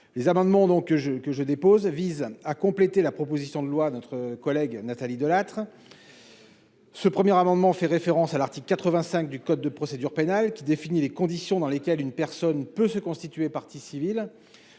les amendements donc je que je dépose vise à compléter la proposition de loi notre collègue Nathalie Delattre. Ce premier amendement fait référence à l'article 85 du code de procédure pénale, qui définit les conditions dans lesquelles une personne peut se constituer partie civile,